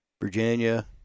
Virginia